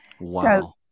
Wow